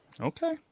Okay